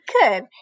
Good